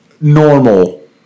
Normal